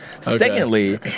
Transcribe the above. Secondly